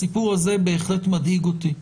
הסיפור הזה בהחלט מדאיג אותי.